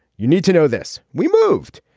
you need to know this. we moved,